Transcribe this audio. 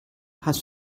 hast